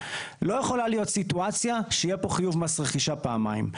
לא יכולה להיות סיטואציה שיהיה פה חיוב מס רכישה פעמיים.